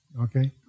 Okay